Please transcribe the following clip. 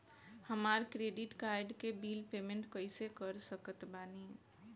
हमार credit card के bill payment कइसे कर सकत बानी?